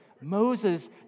Moses